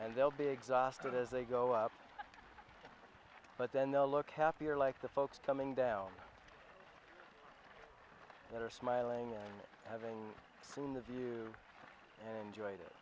and they'll be exhausted as they go up but then they'll look happier like the folks coming down that are smiling and having seen the view and